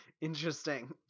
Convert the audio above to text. Interesting